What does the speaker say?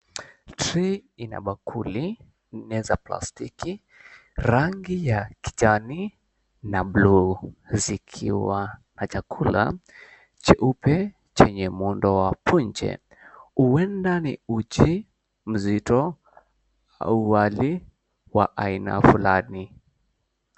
Trei ina bakuli nne za plastiki rangi ya kijani na buluu zikiwa na chakula cheupe chenye mndo wa punje. Huenda ni uji mzito au wali wa aina fulani.